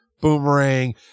boomerang